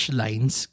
lines